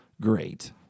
Great